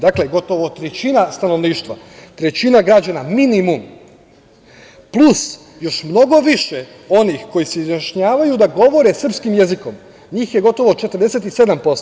Dakle, gotovo trećina stanovništva, trećina građana, minimum, plus još mnogo više onih koji se izjašnjavaju da govore srpskim jezikom, njih je gotovo 47%